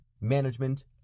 Management